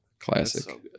classic